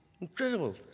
Incredible